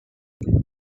eight